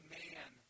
man